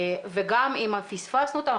גם אם פספסנו אותם,